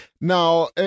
Now